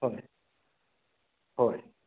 ꯍꯣꯏ ꯍꯣꯏ